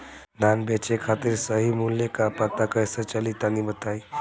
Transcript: धान बेचे खातिर सही मूल्य का पता कैसे चली तनी बताई?